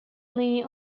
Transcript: only